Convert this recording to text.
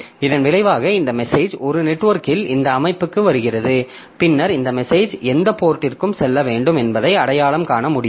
இதன் விளைவாக இந்த மெசேஜ் ஒரு நெட்வொர்க்கில் இந்த அமைப்புக்கு வருகிறது பின்னர் இந்த மெசேஜ் எந்த போர்ட்ற்கு செல்ல வேண்டும் என்பதை அடையாளம் காண முடியும்